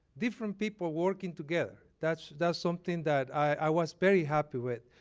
different people working together. that's that's something that i was very happy with.